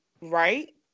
right